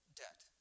debt